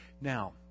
now